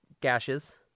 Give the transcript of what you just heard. gashes